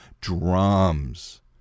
drums